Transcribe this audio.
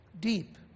deep